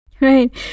Right